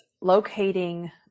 locating